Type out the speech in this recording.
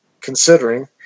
considering